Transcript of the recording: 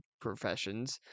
professions